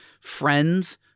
friends